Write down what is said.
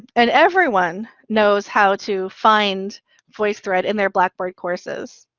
and everyone knows how to find voicethread in their blackboard courses.